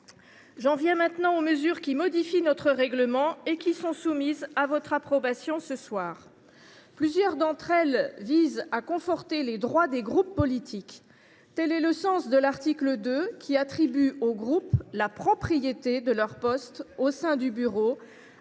J’en viens maintenant aux mesures qui modifient notre règlement et qui sont soumises à votre approbation ce soir. Plusieurs d’entre elles visent à conforter les droits des groupes politiques. Tel est le sens de l’article 2, qui attribue aux groupes la « propriété » de leurs postes au sein du Bureau,